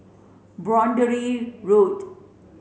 Boundary Road